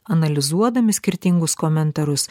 analizuodami skirtingus komentarus